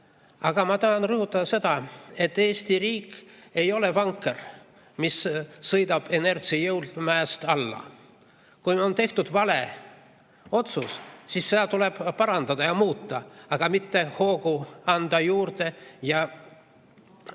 Aga ma tahan rõhutada seda, et Eesti riik ei ole vanker, mis sõidab inertsi jõul mäest alla. Kui on tehtud vale otsus, siis seda tuleb parandada ja muuta, aga mitte hoogu juurde anda